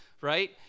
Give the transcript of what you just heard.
right